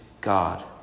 God